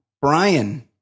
Brian